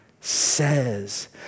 says